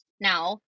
Now